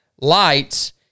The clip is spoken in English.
lights